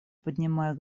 поднимая